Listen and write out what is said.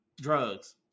Drugs